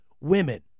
women